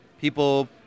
people